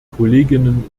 kolleginnen